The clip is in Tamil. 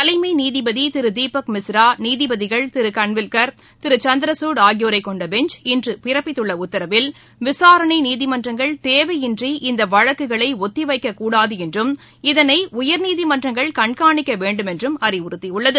தலைமை நீதிபதி திரு தீபக் மிஸ்ரா நீதிபதிகள் திரு கன்வில்கர் திரு சந்திரகுட் ஆகியோரை கொண்ட பெஞ்ச் இன்று பிறப்பித்துள்ள உத்தரவில் விசாரணை நீதிமன்றங்கள் தேவையின்றி இந்த வழக்குகளை ஒத்திவைக்கக்கூடாது என்றும் இதனை உயர்நீதிமன்றங்கள் கண்காணிக்க வேண்டும் என்றும் அறிவுறுத்தியுள்ளது